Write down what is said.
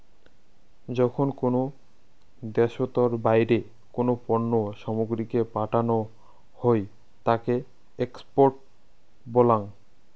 যখন কোনো দ্যাশোতর বাইরে কোনো পণ্য সামগ্রীকে পাঠানো হই তাকে এক্সপোর্ট বলাঙ